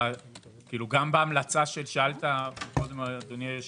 אדוני היושב-ראש,